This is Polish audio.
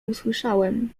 usłyszałem